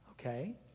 okay